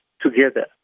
together